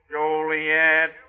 Joliet